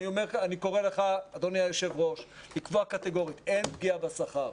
אני קורא לך אדוני היושב ראש לקבוע קטגורית שאין פגיעה בשכר.